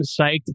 psyched